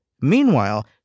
Meanwhile